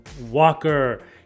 walker